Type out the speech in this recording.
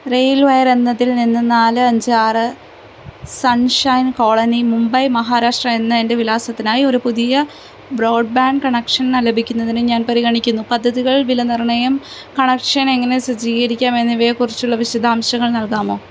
rail wire എന്നതിൽ നിന്ന് നാല് അഞ്ച് ആറ് sunshine colony Mumbai Maharashtra എന്ന എൻ്റെ വിലാസത്തിനായി ഒരു പുതിയ ബ്രോഡ്ബാൻഡ് കണക്ഷൻ ലഭിക്കുന്നത് ഞാൻ പരിഗണിക്കുന്നു പദ്ധതികൾ വിലനിർണ്ണയം കണക്ഷൻ എങ്ങനെ സജ്ജീകരിക്കാം എന്നിവയെക്കുറിച്ചുള്ള വിശദാംശങ്ങൾ നൽകാമോ